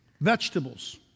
vegetables